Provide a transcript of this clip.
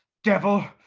devil.